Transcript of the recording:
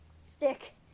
stick